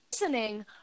Listening